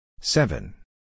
seven